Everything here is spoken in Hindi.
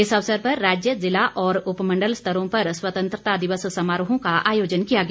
इस अवसर पर राज्य ज़िला और उपमण्डल स्तरों पर स्वतंत्रता दिवस समारोहों का आयोजन किया गया